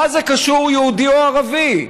מה זה קשור יהודי או ערבי?